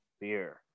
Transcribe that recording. beer